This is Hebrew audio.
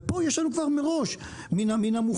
ופה יש לנו כבר מראש מן המוכן,